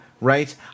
right